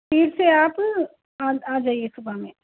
پیر سے آپ آ جائیے صبح میں